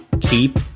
keep